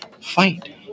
Fight